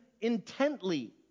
intently